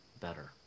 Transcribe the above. better